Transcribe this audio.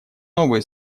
новые